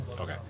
Okay